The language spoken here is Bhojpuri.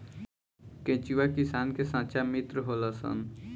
केचुआ किसान के सच्चा मित्र होलऽ सन